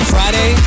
Friday